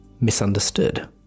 misunderstood